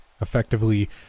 effectively